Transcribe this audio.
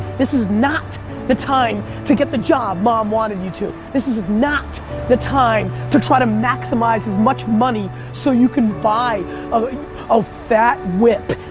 this is not the time to get the job mom wanted you to. this is not the time to try to maximize as much money so you can buy um a fat whip.